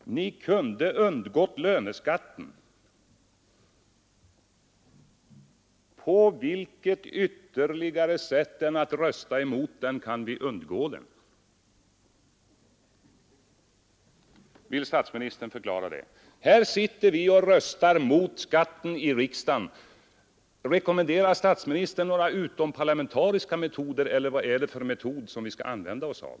Vi kunde ha undgått löneskatten, säger statsministern. På vilket annat sätt än genom att rösta emot den kan vi undgå den? Vill statsministern förklara det? Rekommenderar statsministern några utomparlamentariska metoder eller vilken metod skall vi använda oss av?